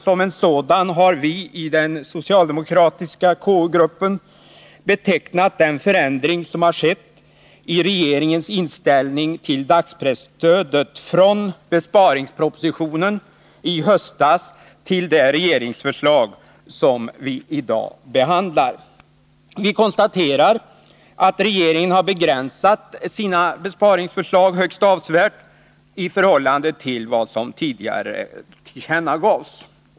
Som en sådan har vi i den socialdemokratiska gruppen i konstitutionsutskottet betecknat den förändring i regeringens inställning till dagspresstödet som har skett från besparingspropositionen i höstas till det regeringsförslag som vi i dag behandlar. Vi konstaterar att regeringen har begränsat sina besparingsförslag högst avsevärt i förhållande till vad som tidigare tillkännagavs.